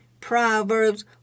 Proverbs